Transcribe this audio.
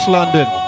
London